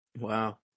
wow